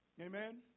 Amen